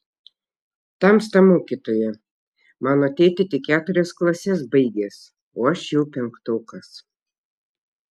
tamsta mokytoja mano tėtė tik keturias klases baigęs o aš jau penktokas